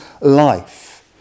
life